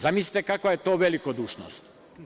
Zamislite kakva je to velikodušnost.